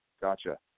Gotcha